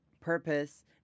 purpose